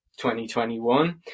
2021